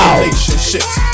relationships